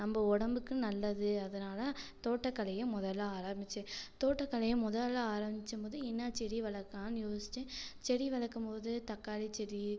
நம்ம உடம்புக்கு நல்லது அதனால் தோட்டக்கலையை முதலில் ஆரம்பித்தேன் தோட்டக்கலையை முதலில் ஆரம்பிச்ச போது என்ன செடி வளர்க்கலான்னு யோசித்தேன் செடி வளர்க்கம் போது தக்காளிச் செடி